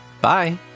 Bye